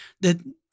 that-